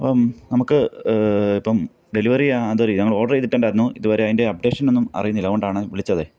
അപ്പം നമുക്ക് ഇപ്പം ഡെലിവറി അതൊരു ഈ ഞങ്ങൾ ഓഡറ് ചെയ്തിട്ടുണ്ടായിരുന്നു ഇതുവരെ അതിന്റെ അപ്ഡേഷനൊന്നും അറിയുന്നില്ല അതുകൊണ്ടാണ് വിളിച്ചത്